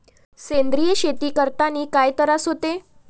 सेंद्रिय शेती करतांनी काय तरास होते?